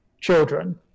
children